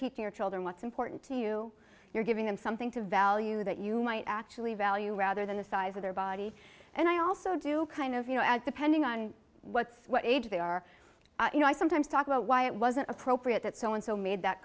teaching your children what's important to you you're giving them something to value that you might actually value rather than the size of their body and i also do kind of you know at the pending on what's what age they are you know i sometimes talk about why it wasn't appropriate that so and so made that